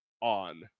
on